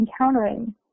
encountering